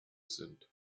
sind